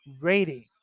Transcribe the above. rating